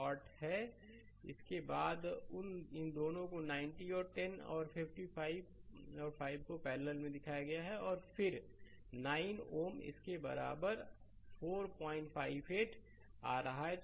slide समय देखें 2617 उसके बाद इन दोनों को 90 और 10 और 55 और 5 को पैरलल में दिखाया गया है फिर यह 9 Ω है और इसके बराबर यह 458 आ रहा है